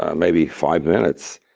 ah maybe five minutes.